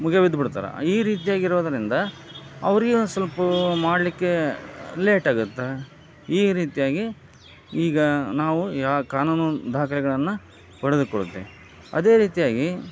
ಮುಗಿಬಿದ್ಬಿಡ್ತಾರೆ ಈ ರೀತಿಯಾಗಿರೋದರಿಂದ ಅವ್ರಿಗೆ ಒಂದು ಸ್ವಲ್ಪ ಮಾಡಲಿಕ್ಕೆ ಲೇಟ್ ಆಗತ್ತೆ ಈ ರೀತಿಯಾಗಿ ಈಗ ನಾವು ಯಾ ಕಾನೂನು ದಾಖಲೆಗಳನ್ನು ಪಡೆದುಕೊಳ್ತೇವೆ ಅದೇ ರೀತಿಯಾಗಿ